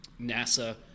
NASA